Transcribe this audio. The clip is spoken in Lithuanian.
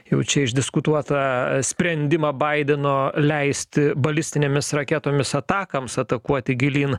jau čia išdiskutuotą sprendimą baideno leisti balistinėmis raketomis atakams atakuoti gilyn